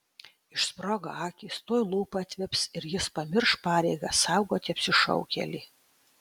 išsprogo akys tuoj lūpa atvips ir jis pamirš pareigą saugoti apsišaukėlį